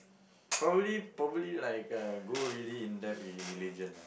probably probably like uh go really in depth in religion ah